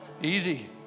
easy